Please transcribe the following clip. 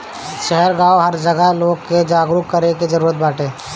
शहर गांव हर जगह लोग के जागरूक करे के जरुरत बाटे